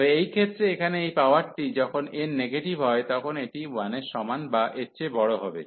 তবে এই ক্ষেত্রে এখানে এই পাওয়ারটি যখন n নেগেটিভ হয় তখন এটি 1 এর সমান বা এর চেয়ে বড় হবে